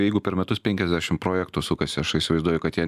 jeigu per metus penkiasdešim projektų sukasi aš įsivaizduoju kad jie